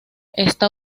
está